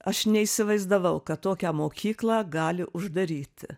aš neįsivaizdavau kad tokią mokyklą gali uždaryti